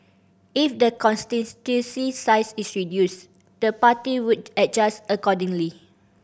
if the size is reduced the party would adjust accordingly